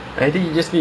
mm